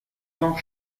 sans